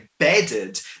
embedded